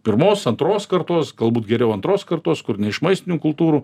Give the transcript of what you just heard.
pirmos antros kartos galbūt geriau antros kartos kur ne iš maistinių kultūrų